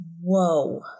Whoa